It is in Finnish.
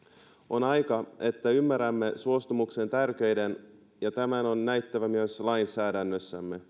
on aika että ymmärrämme suostumuksen tärkeyden ja tämän on näyttävä myös lainsäädännössämme